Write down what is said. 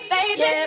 Baby